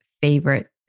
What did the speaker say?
favorite